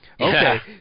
Okay